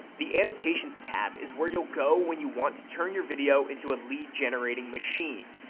the annotations tab is where you'll go when you want to turn your video into a lead-generating machine.